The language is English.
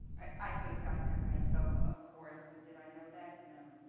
i could have gotten it myself, of course. but did i know that? no.